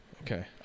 Okay